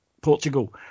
Portugal